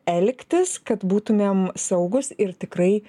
elgtis kad būtumėm saugūs ir tikrai